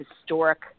historic